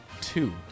Two